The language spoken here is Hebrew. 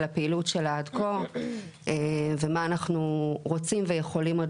על הפעילות שלה עד כה ומה אנחנו רוצים ויכולים עוד